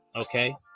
okay